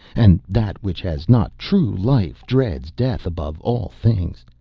and that which has not true life dreads death above all things.